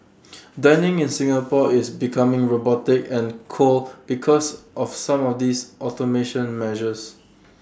dining in Singapore is becoming robotic and cold because of some of these automation measures